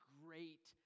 great